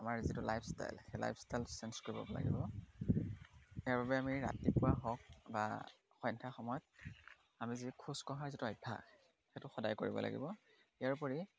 আমাৰ যিটো life style সেই লাইফ ষ্টাইলটো চেঞ্জ কৰিব লাগিব ইয়াৰ বাবে আমি ৰাতিপুৱা হওক বা সন্ধ্যা সময়ত আমি যি খোজ কঢ়াৰ যিটো অভ্যাস সেইটো সদায় কৰিব লাগিব ইয়াৰ উপৰি